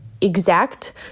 exact